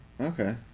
okay